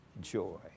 joy